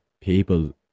people